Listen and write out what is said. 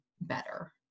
better